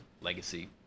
legacy